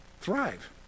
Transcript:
Thrive